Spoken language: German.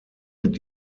mit